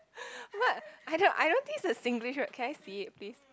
what I don't I don't think it's a Singlish word can I see it please